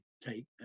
take